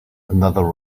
another